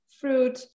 fruit